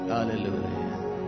Hallelujah